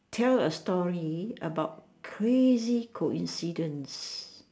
tell a story about crazy coincidences